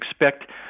expect